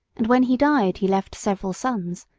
and when he died he left several sons,